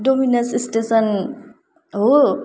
Domino's station हो